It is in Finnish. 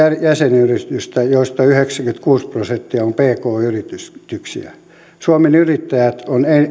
jäsenyritystä joista yhdeksänkymmentäkuusi prosenttia on pk yrityksiä suomen yrittäjät on